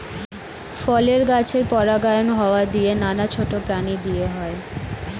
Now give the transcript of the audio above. ফলের গাছের পরাগায়ন হাওয়া দিয়ে, নানা ছোট প্রাণী দিয়ে হয়